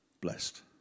blessed